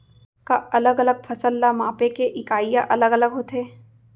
का अलग अलग फसल ला मापे के इकाइयां अलग अलग होथे?